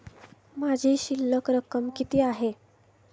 माझी शिल्लक रक्कम किती आहे?